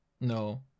No